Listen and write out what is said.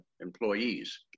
employees